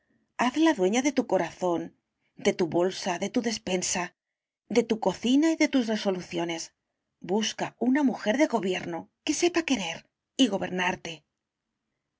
ama hazla dueña de tu corazón de tu bolsa de tu despensa de tu cocina y de tus resoluciones busca una mujer de gobierno que sepa querer y gobernarte